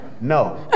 No